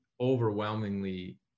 overwhelmingly